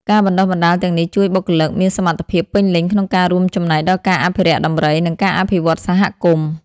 ការបណ្ដុះបណ្ដាលទាំងនេះជួយបុគ្គលិកមានសមត្ថភាពពេញលេញក្នុងការរួមចំណែកដល់ការអភិរក្សដំរី និងការអភិវឌ្ឍន៍សហគមន៍។